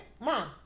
mom